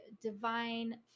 divine